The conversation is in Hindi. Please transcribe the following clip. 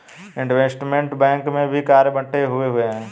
इनवेस्टमेंट बैंक में भी कार्य बंटे हुए हैं